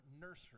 nursery